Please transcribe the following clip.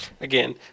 Again